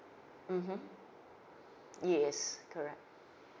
mmhmm yes correct